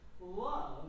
love